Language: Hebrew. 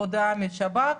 הודעה מהשב"כ.